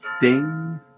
Ding